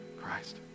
Christ